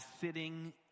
sitting